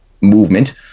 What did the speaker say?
movement